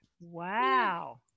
Wow